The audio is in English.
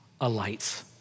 alight